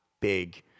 big